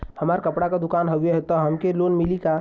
हमार कपड़ा क दुकान हउवे त हमके लोन मिली का?